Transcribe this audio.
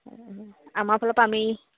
আমাৰ ফালৰপৰা আমি